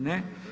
Ne.